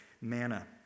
manna